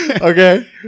okay